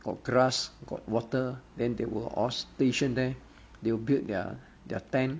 got grass got water then they will all station there they will build their their tent